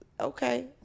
okay